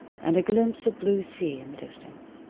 and a glimpse of blue sea in the distance.